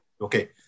okay